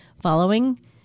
Following